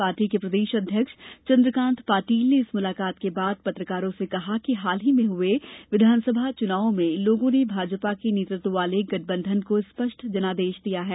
party के प्रदेश अध्यक्ष चंद्रकांत पाटिल ने इस मुलाकात के बाद पत्रकारों से कहा कि हाल ही हुए विधानसभा चुनावों में लोगों ने भाजपा के नेतृत्व वाले गठबंधन को स्पष्ट जनादेश दिया है